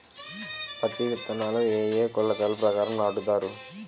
పత్తి విత్తనాలు ఏ ఏ కొలతల ప్రకారం నాటుతారు?